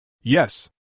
Yes